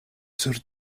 sur